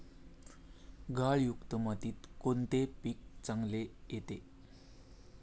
गाळयुक्त मातीत कोणते पीक चांगले येते?